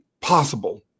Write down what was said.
possible